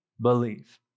believe